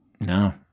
no